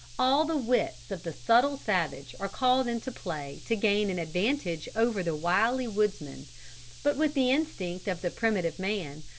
all the wits of the subtle savage are called into play to gain an advantage over the wily woodsman but with the instinct of the primitive man,